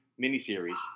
miniseries